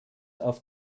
auf